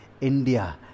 India